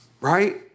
Right